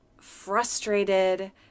frustrated